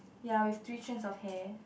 ya with three strands of hair